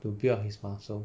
to build up his muscle